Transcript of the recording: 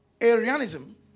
Arianism